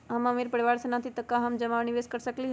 हम अमीर परिवार से न हती त का हम जमा और निवेस कर सकली ह?